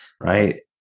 right